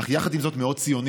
אך יחד עם זאת מאוד ציונית,